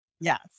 Yes